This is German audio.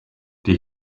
die